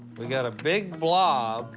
we've got a big blob.